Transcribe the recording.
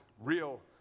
real